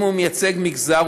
אם הוא מייצג מגזר,